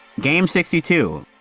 game sixty two.